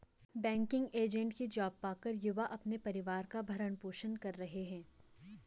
banking agent की job पाकर युवा अपने परिवार का भरण पोषण कर रहे है